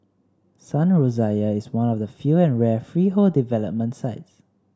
Sun Rosier is one of the few and rare freehold development sites